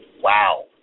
Wow